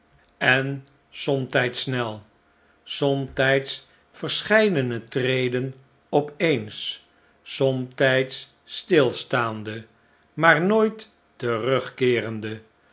van somtijds snel somtijds verscheidene treden op eens somtijds stilstaande maar nooit terugkeerende